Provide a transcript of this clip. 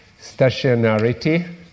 stationarity